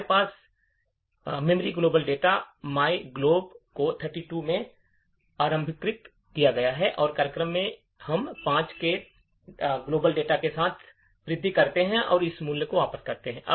हमारे पास मेरा वैश्विक डेटा है myglob को 32 में आरंभीकृत किया गया है और कार्यक्रम में हम 5 के वैश्विक डेटा के साथ वृद्धि करते हैं और उस मूल्य को वापस करते हैं